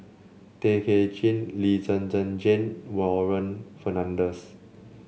Tay Kay Chin Lee Zhen Zhen Jane Warren Fernandez